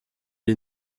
est